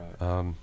right